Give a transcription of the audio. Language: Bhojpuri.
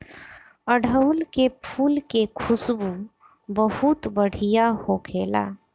अढ़ऊल के फुल के खुशबू बहुत बढ़िया होखेला